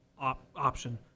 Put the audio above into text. option